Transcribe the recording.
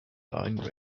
line